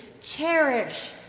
cherish